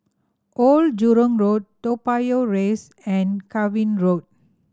Old Jurong Road Toa Payoh Rise and Cavan Road